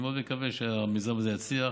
אני מאוד מקווה שהמיזם הזה יצליח